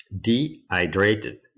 dehydrated